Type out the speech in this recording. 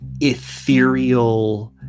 ethereal